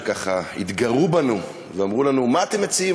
שככה התגרו בנו ואמרו לנו: מה אתם מציעים?